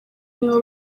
nibo